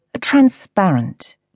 Transparent